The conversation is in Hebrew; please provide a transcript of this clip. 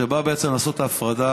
שבאה בעצם לעשות את ההפרדה.